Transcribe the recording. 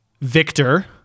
Victor